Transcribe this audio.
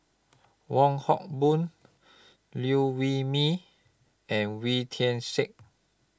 Wong Hock Boon Liew Wee Mee and Wee Tian Siak